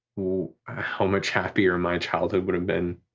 how much happier my childhood would've been.